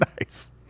Nice